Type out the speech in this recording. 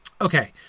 Okay